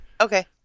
okay